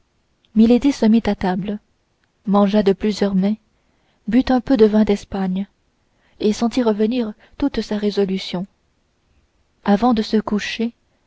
se mit à table mangea de plusieurs mets but un peu de vin d'espagne et sentit revenir toute sa résolution avant de se coucher